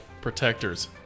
protectors